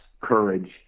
courage